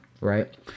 Right